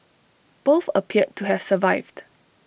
both appeared to have survived